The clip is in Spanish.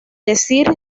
decir